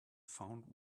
found